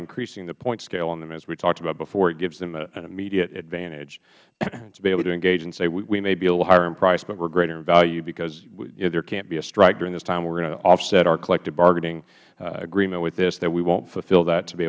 increasing the point scale on them as we talked about before it gives them an immediate advantage to be able to engage and say we may be a little higher in price but we're greater in value because there can't be a strike during this time we're going to offset our collective bargaining agreement with this that we won't fulfill that to be